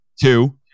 Two